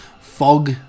fog